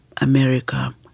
America